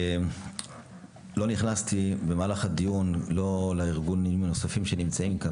לא נכנסתי במהלך הדיון לארגונים הנוספים שנמצאים כאן,